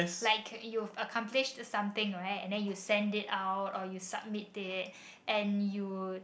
like you accomplish something right and then you sent it out or you submitted it and you would